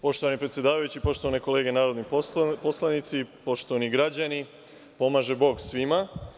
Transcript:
Poštovani predsedavajući, poštovane kolege narodni poslanici, poštovani građani, pomaže Bog svima.